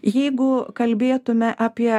jeigu kalbėtume apie